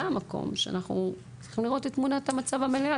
זה המקום שאנחנו צריכים לראות את תמונת המצב המלאה,